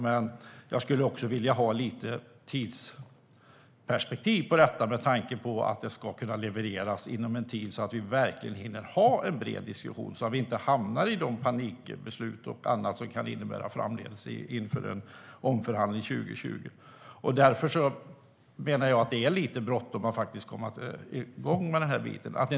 Men jag skulle också vilja ha lite tidsperspektiv på detta med tanke på att det ska kunna levereras inom en tid så att vi verkligen hinner ha en bred diskussion och inte hamnar i panikbeslut och annat som det kan innebära framdeles inför en omförhandling 2020. Därför menar jag att det är lite bråttom att komma igång med den här biten.